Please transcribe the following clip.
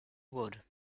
wood